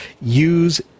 Use